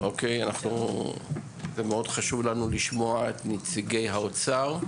אוקיי, מאוד חשוב לנו לשמוע את נציגי האוצר.